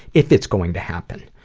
if it's going to happen.